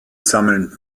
sammeln